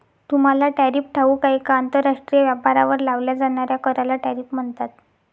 तुम्हाला टॅरिफ ठाऊक आहे का? आंतरराष्ट्रीय व्यापारावर लावल्या जाणाऱ्या कराला टॅरिफ म्हणतात